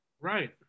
right